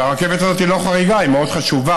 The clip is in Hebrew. והרכבת הזאת היא לא חריגה, היא מאוד חשובה,